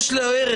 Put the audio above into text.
יש לו ערך.